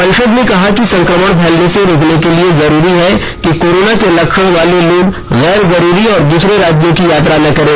परिषद ने कहा है कि संक्रमण फैलने से रोकने के लिए जरुरी है कि कोरोना के लक्षण वाले लोग गैर जरुरी और दूसरे राज्यों की यात्रा न करें